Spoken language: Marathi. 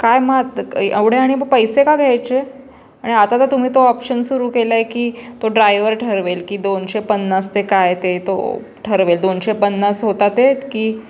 काय मग आता एवढे आणि बो पैसे का घ्यायचे आणि आता तर तुम्ही तो ऑप्शन सुरू केला आहे की तो ड्रायव्हर ठरवेल की दोनशे पन्नास ते काय ते तो ठरवेल दोनशे पन्नास होतात आहेत की